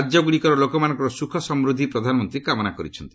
ରାକ୍ୟଗୁଡ଼ିକର ଲୋକମାନଙ୍କର ସୁଖ ସମୃଦ୍ଧି ପ୍ରଧାନମନ୍ତ୍ରୀ କାମନା କରିଛନ୍ତି